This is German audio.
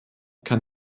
kann